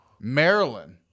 Maryland